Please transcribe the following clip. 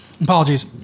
apologies